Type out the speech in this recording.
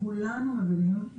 כולנו מבינים,